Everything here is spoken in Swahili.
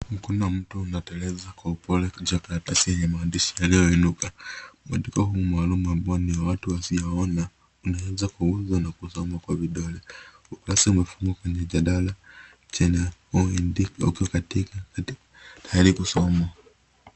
Mkono wa mtu unateleza kwa upole juu ya karatasi yenye maandishi yaliyounuka. Mwandiko huu maalum ambao ni wa watu wasioona unaweza kuguzwa na kusomwa kwa vidole. Ukurasa umefungwa kwenye jalada jina uandiko ukiwa katikati tayari kusomwa.